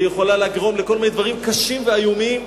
ולגרום לכל מיני דברים קשים ואיומים.